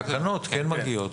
התקנות כן מגיעות.